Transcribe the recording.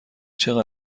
چقدر